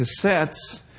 cassettes